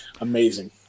Amazing